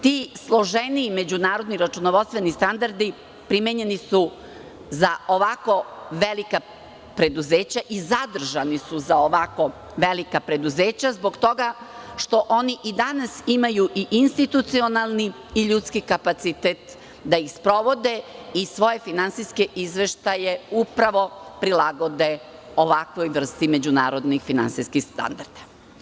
Ti složeniji međunarodni računovodstveni standardi primenjeni su za ovako velika preduzeća i zadržani su za ovako velika preduzeća zbog toga što oni i danas imaju i institucionalni i ljudski kapacitet da ih sprovode i svoje finansijske izveštaje upravo prilagode ovakvoj vrsti međunarodnih finansijskih standarda.